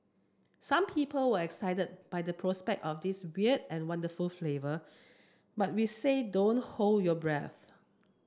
some people were excited by the prospect of this weird and wonderful flavour but we say don't hold your breath